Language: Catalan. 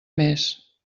més